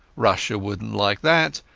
russia wouldnat like that,